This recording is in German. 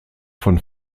von